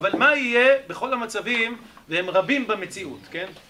אבל מה יהיה בכל המצבים, והם רבים במציאות, כן?